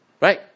right